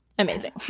Amazing